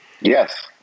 yes